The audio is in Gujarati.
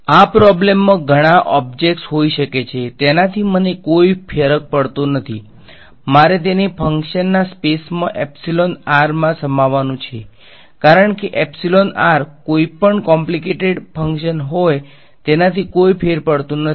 આ પ્રોબ્લેમ મા ગણા ઓબ્જેક્ટ્સ હોઈ શકે છે તેનાથી મને કોઈ ફરક પડતો નથી મારે તેને ફંક્શન ના સ્પેસમાં એપ્સીલોન r માં સમાવવાનું છે કારણ કે એપ્સીલોન r કોઈ પણ કોમ્પ્લીકેટેડ ફંક્શન હોય તેનાથી કોઈ ફેર પડતો નથી